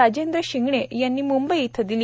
राजेंद्र शिंगणे यांनी मुंबई इथं दिली